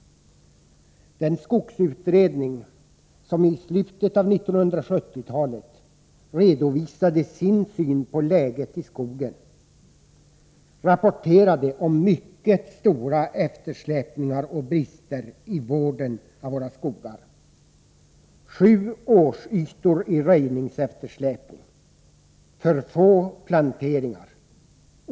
Den skogsutredning som i slutet av 1970-talet redovisade sin syn på läget i skogen rapporterade om mycket stora eftersläpningar och brister i vården av våra skogar: Sju årsytor i röjningseftersläpning. För få planteringar.